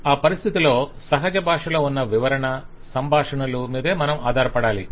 ఆ పరిస్థితిలో సహజ భాషలో ఉన్న వివరణ సంభాషణలు మీదే మనం ఆధారపడాలి